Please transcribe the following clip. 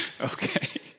okay